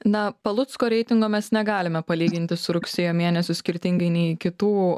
na palucko reitingo mes negalime palyginti su rugsėjo mėnesiu skirtingai nei kitų